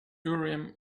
urim